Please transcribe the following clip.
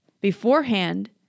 Beforehand